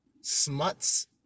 smuts